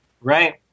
Right